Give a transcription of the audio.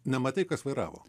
nematei kas vairavo